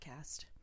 podcast